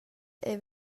era